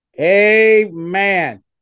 Amen